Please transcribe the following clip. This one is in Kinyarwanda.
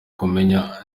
kumenya